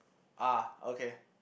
ah okay